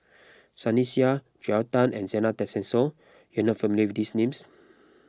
Sunny Sia Joel Tan and Zena Tessensohn you are not familiar with these names